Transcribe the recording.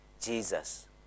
Jesus